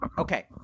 Okay